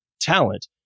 talent